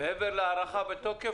מעבר להארכה בתוקף,